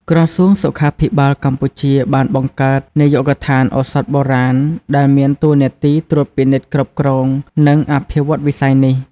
ក្រសួងសុខាភិបាលកម្ពុជា បានបង្កើត នាយកដ្ឋានឱសថបុរាណ ដែលមានតួនាទីត្រួតពិនិត្យ គ្រប់គ្រង និងអភិវឌ្ឍវិស័យនេះ។